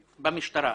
במשטרה.